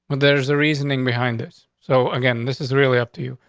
but there's the reasoning behind this. so again, this is really up to you.